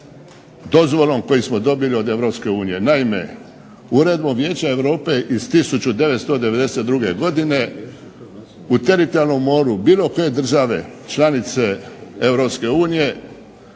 dozvolom koji smo dobili od Europske unije. Naime uredbom Vijeća Europe iz 1992. godine u teritorijalnom moru bilo koje države članice